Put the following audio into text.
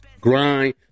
grind